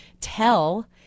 tell